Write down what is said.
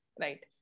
Right